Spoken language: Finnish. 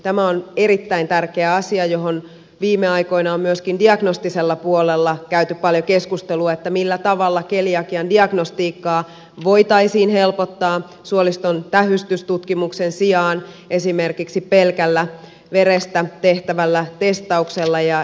tämä on erittäin tärkeä asia josta viime aikoina on myöskin diagnostisella puolella käyty paljon keskustelua millä tavalla keliakian diagnostiikkaa voitaisiin helpottaa suoliston tähystystutkimuksen sijaan esimerkiksi pelkällä verestä tehtävällä testauksella